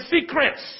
secrets